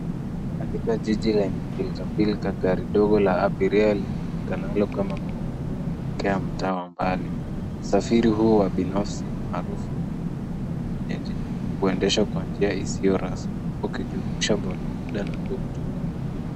Katika jiji lenye pilka pilka gari dogo la abiria lijulikanalo kama matatu inaelekea mtaa wa mbali. Usafiri huu wa binafsi maarufu miongoni mwa wenyeji huendesha kwa njia isiyo rasmi ukijumuisha boda boda na tuk tuk.